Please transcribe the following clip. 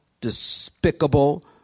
despicable